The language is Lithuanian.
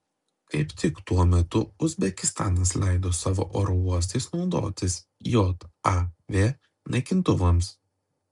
kaip tik tuo metu uzbekistanas leido savo oro uostais naudotis jav naikintuvams